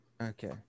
Okay